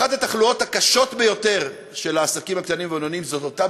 אחת המחלות הקשות ביותר של העסקים הקטנים והבינוניים זו אותה